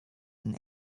and